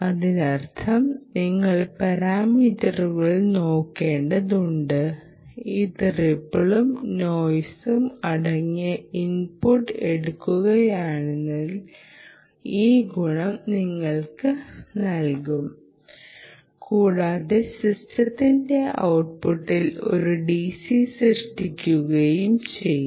അതിനർത്ഥം നിങ്ങൾ പാരാമീറ്ററുകൾ നോക്കേണ്ടതുണ്ട് അത് റിപ്പിളും നേയ്സും അടങ്ങിയ ഇൻപുട്ട് എടുക്കുന്നതിലൂടെ ഈ ഗുണം നിങ്ങൾക്ക് നൽകും കൂടാതെ സിസ്റ്റത്തിന്റെ ഔട്ട്പുട്ടിൽ ഒരു DC സൃഷ്ടിക്കുകയും ചെയ്യും